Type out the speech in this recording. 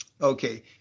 Okay